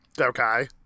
Okay